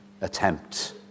Attempt